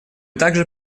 также